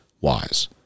wise